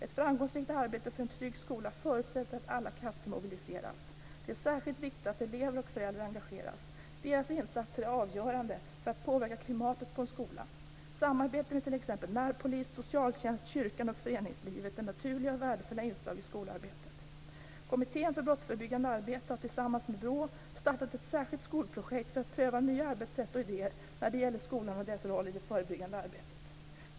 Ett framgångsrikt arbete för en trygg skola förutsätter att alla krafter mobiliseras. Det är särskilt viktigt att elever och föräldrar engageras. Deras insatser är avgörande för att påverka klimatet på en skola. Samarbete med t.ex. närpolis, socialtjänst, kyrkan och föreningslivet är naturliga och värdefulla inslag i skolarbetet. Kommittén för brottsförebyggande arbete har tillsammans med BRÅ startat ett särskilt skolprojekt för att pröva nya arbetssätt och idéer när det gäller skolan och dess roll i det förebyggande arbetet.